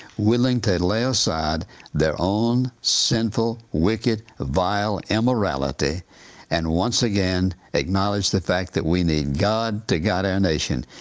willing to lay aside their own sinful, wicked, vile immorality and once again acknowledge the fact that we need god to guide our nation,